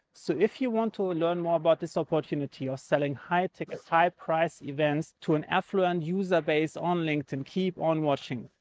so if you want to learn more about this opportunity of selling high-ticket, high price events to an affluent user base on linkedin, keep on watching.